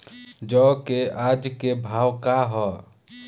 जौ क आज के भाव का ह?